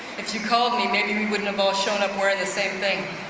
if you called me, maybe we wouldn't have all shown up wearing the same thing.